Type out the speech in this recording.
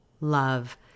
love